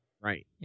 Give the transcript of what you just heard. Right